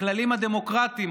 הכללים הדמוקרטיים,